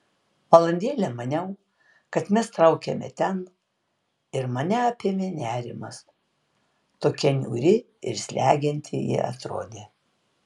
valandėlę maniau kad mes traukiame ten ir mane apėmė nerimas tokia niūri ir slegianti ji atrodė